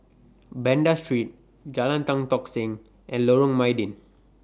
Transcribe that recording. Banda Street Jalan Tan Tock Seng and Lorong Mydin